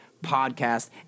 podcast